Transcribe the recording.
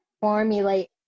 formulate